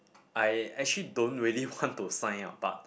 I actually don't really want to sign up but